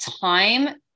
time